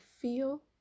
feel